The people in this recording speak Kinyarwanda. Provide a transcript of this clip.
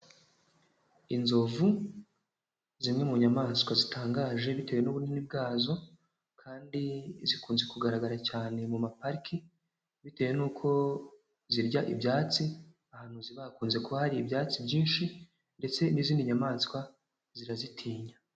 Inzovu zimwe mu nyamaswa zitangaje bitewe n'ubunini bwazo kandi zikunze kugaragara cyane mu mapariki bitewe n'uko zirya ibyatsi. Ahantu ziba hakunze kuba hari ibyatsi byinshi ndetse n'izindi nyamaswa zirazitinya.